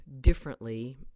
differently